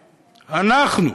אנחנו,